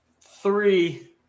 three